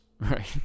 Right